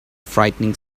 frightening